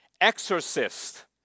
exorcist